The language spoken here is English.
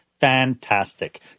Fantastic